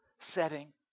setting